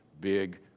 big